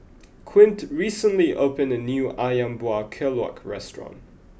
Quint recently opened a new Ayam Buah Keluak restaurant